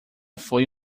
foi